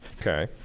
okay